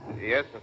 Yes